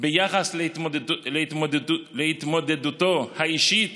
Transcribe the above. ביחס להתמודדותו האישית